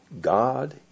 God